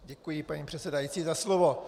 Děkuji, paní předsedající, za slovo.